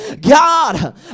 God